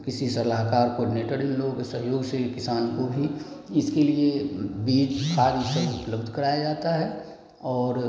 कृषि सलाहकार को नेटर इन लोगों के सहयोग से किसान को भी इसके लिए बीज खाद इ सब उपलब्ध कराया जाता है और